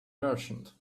merchant